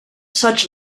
such